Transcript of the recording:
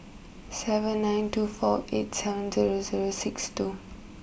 seven nine two four eight seven zero zero six two